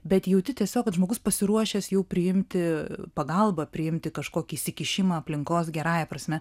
bet jauti tiesiog kad žmogus pasiruošęs jau priimti pagalbą priimti kažkokį įsikišimą aplinkos gerąja prasme